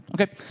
Okay